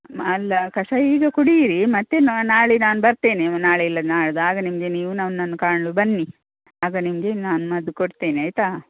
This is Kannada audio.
ಅಲ್ಲ ಕಷಾಯ ಈಗ ಕುಡಿಯಿರಿ ಮತ್ತೆ ನಾಳೆ ನಾನು ಬರ್ತೇನೆ ನಾಳೆ ಇಲ್ಲ ನಾಡಿದ್ದು ಆಗ ನಿಮಗೆ ನೀವು ನನ್ನನ್ನು ಕಾಣಲು ಬನ್ನಿ ಆಗ ನಿಮಗೆ ನಾನು ಮದ್ದು ಕೊಡ್ತೇನೆ ಆಯಿತಾ